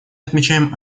отмечаем